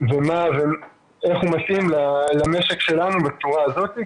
הוא מתאים למשק שלנו בצורה הזאת,